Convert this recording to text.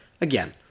again